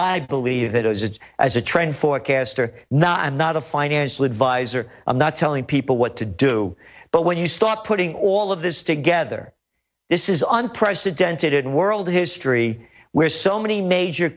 i believe it is as a trend forecaster now i'm not a financial advisor i'm not telling people what to do but when you start putting all of this together this is unprecedented in world history where so many major